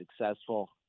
successful